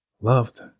loved